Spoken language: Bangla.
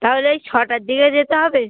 তাহলে এই ছটার দিকে যেতে হবে